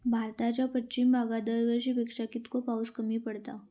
भारताच्या पश्चिम भागात दरवर्षी पेक्षा कीतको पाऊस कमी पडता?